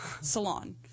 salon